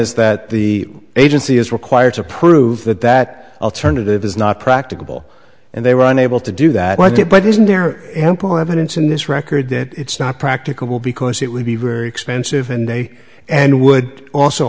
is that the agency is required to prove that that alternative is not practicable and they were unable to do that but isn't there ample evidence in this record that it's not practicable because it would be very expensive and they and would also